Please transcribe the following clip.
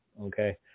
okay